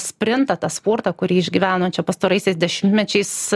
sprintą tą spurtą kurį išgyveno čia pastaraisiais dešimtmečiais